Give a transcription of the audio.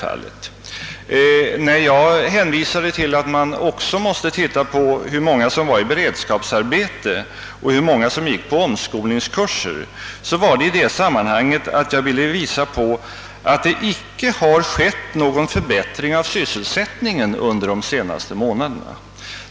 Att jag hänvisade till att man också måste ta hänsyn till hur många som var i beredskapsarbete och hur många som gick på omskolningskurser berodde på att jag ville visa att det icke skett någon förbättring av sysselsättningen under de senaste månaderna.